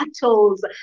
battles